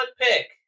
pick